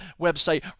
website